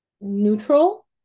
neutral